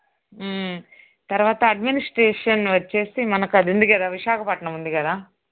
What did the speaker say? తరవాత అడ్మినిస్ట్రేషన్ వచ్చేసి మనకది ఉంది కదా విశాఖపట్నం ఉంది కదా